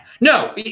No